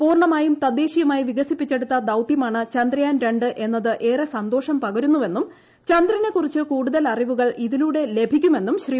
പൂർണമായും തദ്ദേശീയമായി വികസിപ്പിച്ചെടുത്ത ദൌതൃമാണ് ചന്ദ്രയാൻ രണ്ട് എന്നത് ഏറെ സന്തോഷം പകരുന്നുവെന്നും ചന്ദ്രനെക്കുറിച്ച് കൂടുതൽ അറിവുകൾ ഇതിലൂടെ ലഭിക്കുമെന്നും ശ്രീ